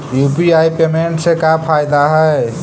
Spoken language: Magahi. यु.पी.आई पेमेंट से का फायदा है?